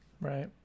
right